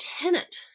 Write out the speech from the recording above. tenant